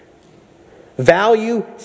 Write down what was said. Value